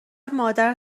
مادر